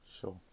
Sure